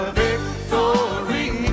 victory